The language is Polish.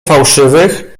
fałszywych